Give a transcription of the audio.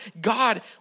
god